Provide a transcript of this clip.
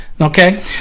Okay